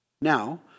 Now